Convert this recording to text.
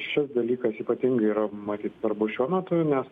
šis dalykas ypatingai yra matyt svarbus šiuo metu nes